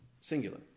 singular